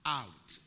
out